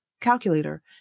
calculator